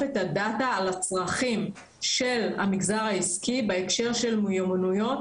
את הדאטה על הצרכים של המגזר העסקי בהקשר של מיומנויות,